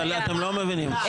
אתם לא מבינים,